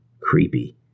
Creepy